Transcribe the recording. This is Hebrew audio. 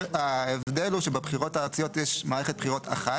ההבדל הוא שבבחירות הארציות יש מערכת בחירות אחת,